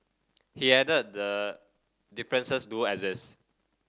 he added the differences do exist